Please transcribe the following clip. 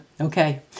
Okay